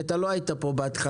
כי אתה לא היית פה בהתחלה,